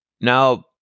now